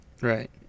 Right